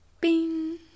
Bing